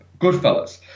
Goodfellas